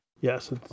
Yes